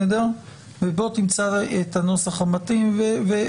ותמצא את הנוסח המתאים.